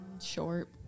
Short